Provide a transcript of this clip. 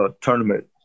tournament